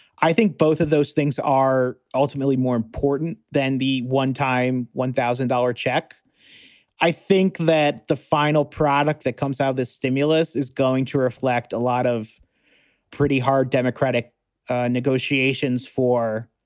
i think both of those things are ultimately more important than the one time one thousand dollar check i think that the final product that comes out of this stimulus is going to reflect a lot of pretty hard democratic negotiations for,